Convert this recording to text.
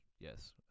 yes